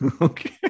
Okay